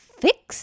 fix